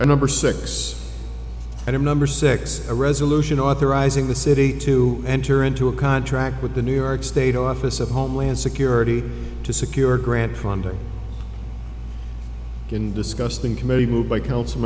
a number six and number six a resolution authorizing the city to enter into a contract with the new york state office of homeland security to secure grant funding in disgusting committee move by council